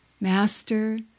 Master